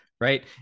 right